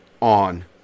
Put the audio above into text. on